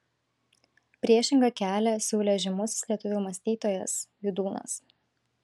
priešingą kelią siūlė žymusis lietuvių mąstytojas vydūnas